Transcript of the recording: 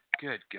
Good